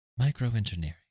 microengineering